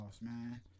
man